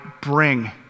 bring